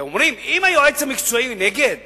הם אומרים: אם היועץ המקצועי נגד